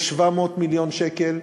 יש 700 מיליון שקל,